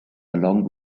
along